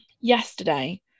yesterday